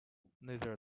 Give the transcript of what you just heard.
neither